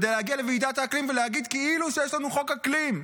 כדי להגיע לוועידת האקלים ולהגיד כאילו שיש לנו חוק אקלים.